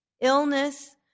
Illness